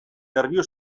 nerbio